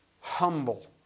humble